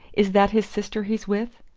is that his sister he's with?